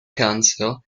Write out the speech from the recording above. council